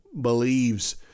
believes